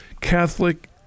Catholic